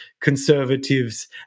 conservatives